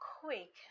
quick